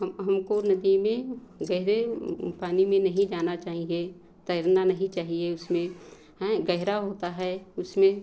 हम हमको नदी में गहरे पानी में नहीं जाना चाहिए तैरना नहीं चाहिए उसमें गहरा होता है उसमें